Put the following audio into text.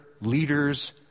leaders